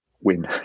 win